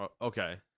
Okay